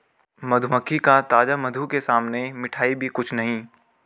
मधुमक्खी का ताजा मधु के सामने मिठाई भी कुछ नहीं